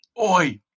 Oi